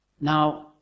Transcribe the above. Now